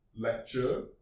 lecture